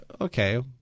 okay